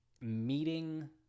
meeting